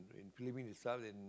in Phillipines itself in